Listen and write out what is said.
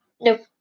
Nope